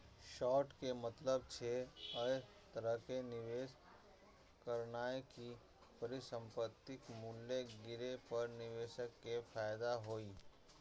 short के मतलब छै, अय तरहे निवेश करनाय कि परिसंपत्तिक मूल्य गिरे पर निवेशक कें फायदा होइ